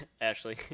Ashley